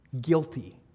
guilty